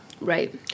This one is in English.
Right